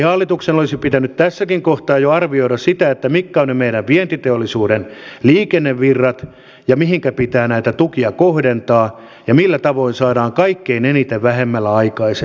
hallituksen olisi pitänyt tässäkin kohtaa jo arvioida sitä mitkä ovat ne meidän vientiteollisuuden liikennevirrat ja mihinkä pitää näitä tukia kohdentaa ja millä tavoin saadaan kaikkein eniten vähemmällä aikaiseksi